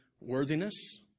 worthiness